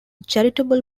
charitable